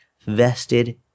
vested